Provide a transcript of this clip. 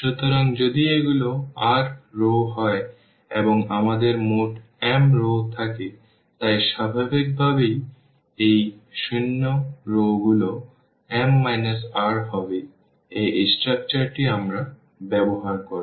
সুতরাং যদি এগুলো r রও হয় এবং আমাদের মোট m রও থাকে তাই স্বাভাবিকভাবেই এই শূন্য রওগুলি m r হবে এই স্ট্রাকচারটি আমরা ব্যবহার করব